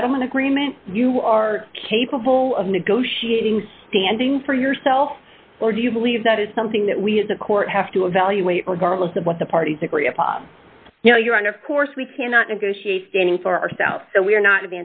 settlement agreement you are capable of negotiating standing for yourself or do you believe that is something that we as a court have to evaluate regardless of what the parties agree upon you know you and of course we cannot negotiate standing for ourselves so we are not